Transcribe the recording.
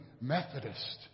Methodist